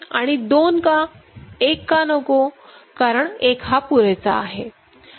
आणि दोन का एक का नको कारण एक हा पुरेसा आहे